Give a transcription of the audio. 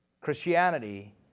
Christianity